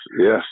yes